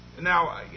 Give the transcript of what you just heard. Now